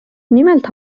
nimelt